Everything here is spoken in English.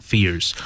Fears